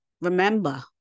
Remember